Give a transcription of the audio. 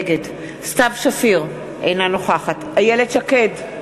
נגד סתיו שפיר, אינה נוכחת איילת שקד,